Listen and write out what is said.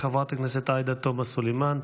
חברת הכנסת עאידה תומא סלימאן,